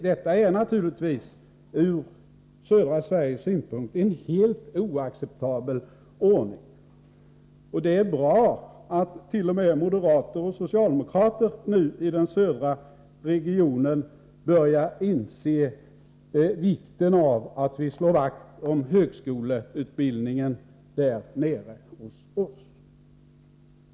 Detta är naturligtvis ur södra Sveriges synpunkt en helt oacceptabel ordning. Det är bra att t.o.m. moderater och socialdemokrater i den södra regionen nu börjar inse vikten av att vi slår vakt om högskoleutbildningen där nere hos oss.